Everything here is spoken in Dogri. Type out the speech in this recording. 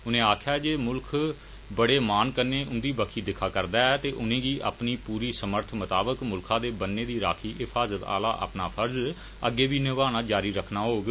उनें आखेआ जे मुल्ख बड़े मान कन्नै उंदी बक्खी दिक्खा'रदा ऐ ते उनेंगी अपनी पूरी समर्थ मताबक मुल्खै दे बन्ने दी राक्खी हिफाज़त आह्ला अपना फर्ज अग्गे बी निभाना जारी रक्खना होग